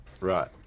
Right